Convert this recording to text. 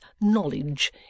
knowledge